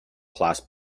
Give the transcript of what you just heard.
class